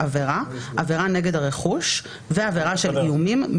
"עבירה" עבירה נגד הרכוש ועבירה של איומים,